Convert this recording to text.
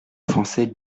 français